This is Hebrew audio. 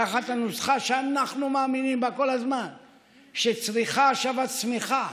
תחת הנוסחה שאנחנו מאמינים בה כל הזמן שצריכה שווה צמיחה,